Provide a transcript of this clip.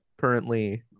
currently